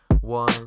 One